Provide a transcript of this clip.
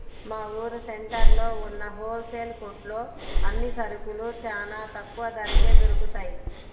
మా ఊరు సెంటర్లో ఉన్న హోల్ సేల్ కొట్లో అన్ని సరుకులూ చానా తక్కువ ధరకే దొరుకుతయ్